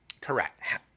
Correct